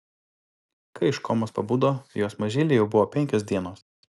kai iš komos pabudo jos mažylei jau buvo penkios dienos